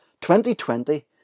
2020